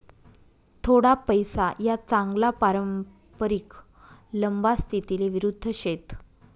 थोडा पैसा या चांगला पारंपरिक लंबा स्थितीले विरुध्द शेत